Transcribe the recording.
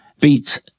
beat